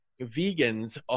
vegans